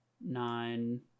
nine